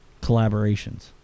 collaborations